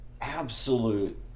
absolute